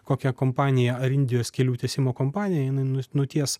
kokią kompaniją ar indijos kelių tiesimo kompaniją jinai nu nuties